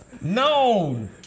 No